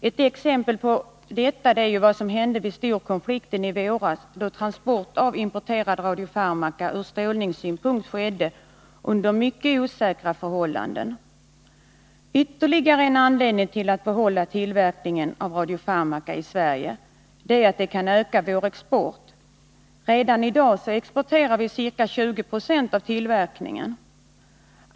Ett exempel på detta är det som hände under storkonflikten i våras, då transport av importerad radiofarmaka skedde under ur strålningssynpunkt mycket osäkra förhållanden. Ytterligare en anledning till att behålla tillverkningen av radiofarmaka i Sverige är att den kan öka vår export. Redan i dag exporterar vi ca 20 96 av den tillverkningen.